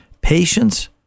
patience